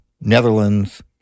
Netherlands